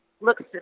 looks